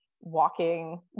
walking